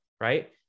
right